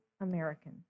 American